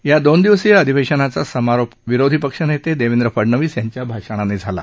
या दोन दिवसीय अधिवेशनाचा समारोप विरोधी पक्षनेते देवेंद्र फडनवीस यांच्या भाषणाने झाला